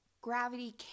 gravity